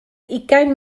ugain